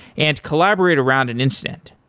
and collaborate around an incident.